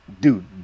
dude